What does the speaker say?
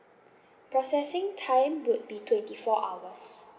processing time would be twenty four hours